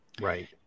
Right